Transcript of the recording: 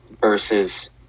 versus